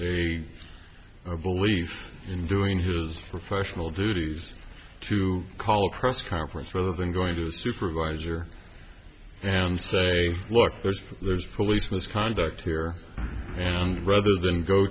a belief in doing his professional duties to call a press conference where they've been going to the supervisor and say look there's there's police misconduct here and rather than go